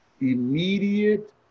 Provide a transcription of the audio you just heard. immediate